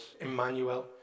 Emmanuel